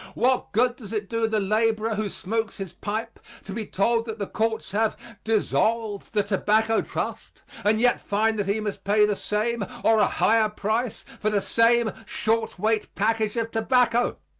what good does it do the laborer who smokes his pipe to be told that the courts have dissolved the tobacco trust and yet find that he must pay the same or a higher price for the same short-weight package of tobacco?